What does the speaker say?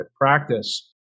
practice